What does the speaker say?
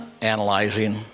analyzing